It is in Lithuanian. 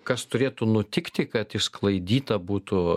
kas turėtų nutikti kad išsklaidyta būtų